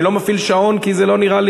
אני לא מפעיל שעון כי זה לא נראה.